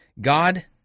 God